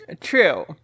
True